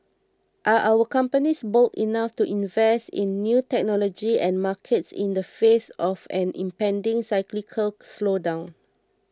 are our companies bold enough to invest in new technology and markets in the face of an impending cyclical slowdown